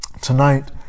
tonight